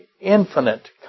infinite